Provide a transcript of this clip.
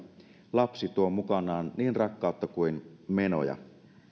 lapsi tuo mukanaan niin rakkautta kuin menoja